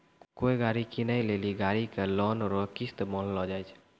कोय गाड़ी कीनै लेली गाड़ी के लोन रो किस्त बान्हलो जाय छै